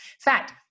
fact